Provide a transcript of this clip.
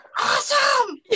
awesome